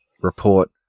report